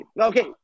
Okay